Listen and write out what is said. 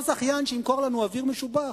אותו זכיין שימכור לנו אוויר משובח,